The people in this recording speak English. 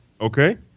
Okay